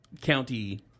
county